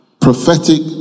prophetic